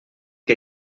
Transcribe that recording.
que